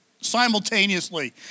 simultaneously